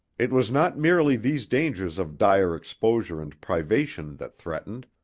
it was not merely these dangers of dire exposure and privation that threatened,